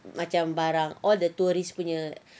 macam barang all the tourist punya